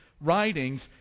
writings